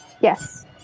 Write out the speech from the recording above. Yes